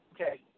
okay